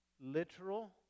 literal